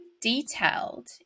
detailed